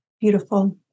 Beautiful